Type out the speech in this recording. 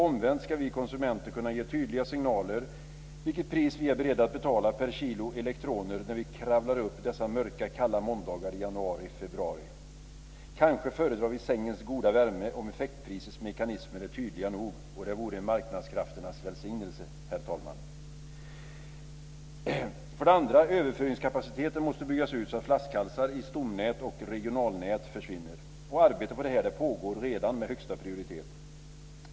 Omvänt ska vi konsumenter kunna ge tydliga signaler vilket pris vi är beredda att betala per kilo elektroner när vi kravlar upp dessa mörka kalla måndagar i januari och februari. Kanske fördrar vi sängens goda värme om effektprisets mekanismer är tydliga nog, och det vore en marknadskrafternas välsignelse, herr talman. För det andra måste överföringskapaciteten byggas ut så att flaskhalsar i stomnät och regionalnät försvinner. Arbetet med detta pågår redan med högsta prioritet.